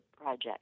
project